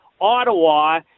Ottawa